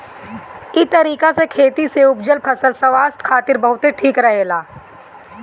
इ तरीका से खेती से उपजल फसल स्वास्थ्य खातिर बहुते ठीक रहेला